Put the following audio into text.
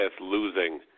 losing